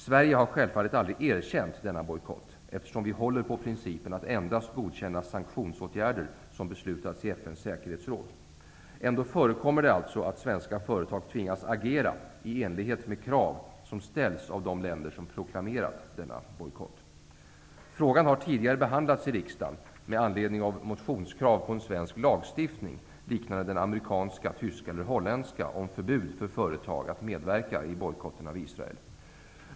Sverige har självfallet aldrig erkänt denna bojkott eftersom vi håller på principen att endast godkänna sanktionsåtgärder som beslutats i FN:s säkerhetsråd. Ändå förekommer det alltså att svenska företag tvingas agera i enlighet med krav som ställs av de länder som proklamerat denna bojkott. Frågan har tidigare behandlats i riksdagen med anledning av motionskrav på en svensk lagstiftning liknande den amerikanska, tyska och holländska om förbud för företag att medverka i bojkotten mot Israel.